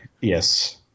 Yes